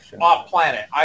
off-planet